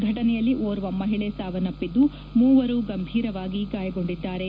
ಘಟನೆಯಲ್ಲಿ ಓರ್ವ ಮಹಿಳೆ ಸಾವನ್ನಪ್ಪಿದ್ದು ಮೂವರು ಗಂಭೀರವಾಗಿ ಗಾಯಗೊಂಡಿದ್ದಾರೆ